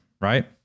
right